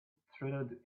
throughout